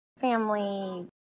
family